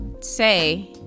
say